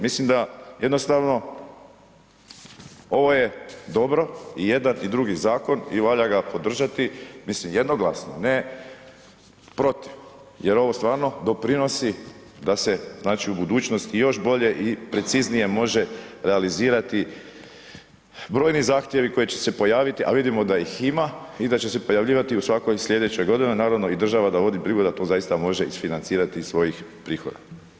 Mislim da jednostavno ovo je dobro i jedan i drugi zakon i valja ga podržati mislim jednoglasno ne protiv jer ovo stvarno doprinosi da se znači u budućnosti još bolje i preciznije može realizirati brojni zahtjevi koji će se pojaviti, a vidimo da ih ima i da će se pojavljivati u svakoj slijedećoj godini, naravno i država da vodi brigu da to zaista može isfinancirati iz svojih prihoda.